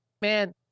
Man